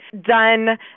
done